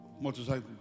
Motorcycle